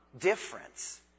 difference